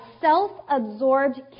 self-absorbed